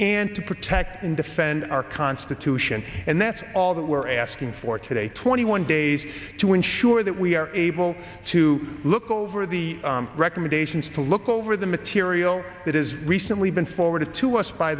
and to protect and defend our constitution and that's all that we're asking for today twenty one days to ensure that we are able to look over the recommendations to look over the material that has recently been forwarded to us by